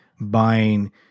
buying